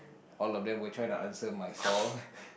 all of them were trying to answer my call